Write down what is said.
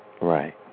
right